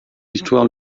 histoire